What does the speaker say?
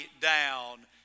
down